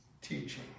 teaching